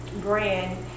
brand